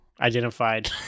identified